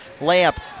Lamp